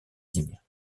signes